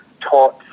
taught